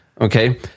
Okay